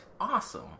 awesome